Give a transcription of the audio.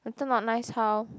later not nice how